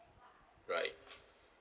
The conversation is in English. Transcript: right